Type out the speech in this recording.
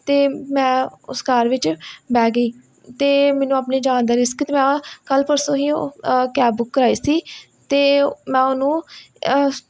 ਅਤੇ ਮੈਂ ਉਸ ਕਾਰ ਵਿੱਚ ਬਹਿ ਗਈ ਅਤੇ ਮੈਨੂੰ ਆਪਣੀ ਜਾਨ ਦਾ ਰਿਸਕ ਅਤੇ ਮੈਂ ਆਹ ਕੱਲ੍ਹ ਪਰਸੋਂ ਹੀ ਉਹ ਬੁੱਕ ਕਰਵਾਈ ਸੀ ਅਤੇ ਮੈਂ ਉਹਨੂੰ